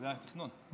זה התכנון.